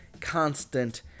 constant